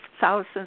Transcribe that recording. thousands